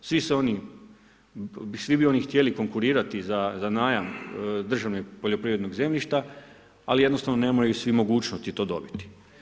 Svi se oni, svi bi oni htjeli konkurirati za najam državnog poljoprivrednog zemljišta, ali jednostavno nemaju svi mogućnosti to dobiti.